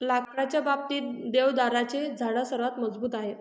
लाकडाच्या बाबतीत, देवदाराचे झाड सर्वात मजबूत आहे